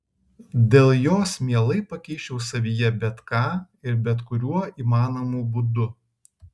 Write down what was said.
dėl jos mielai pakeisčiau savyje bet ką ir bet kuriuo įmanomu būdu